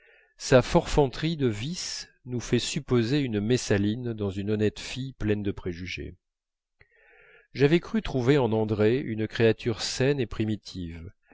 sa forfanterie de vice nous fait supposer une messaline dans une honnête fille pleine de préjugés j'avais cru trouver en andrée une créature saine et primitive